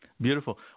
Beautiful